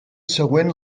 següent